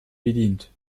bedient